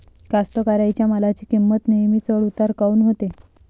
कास्तकाराइच्या मालाची किंमत नेहमी चढ उतार काऊन होते?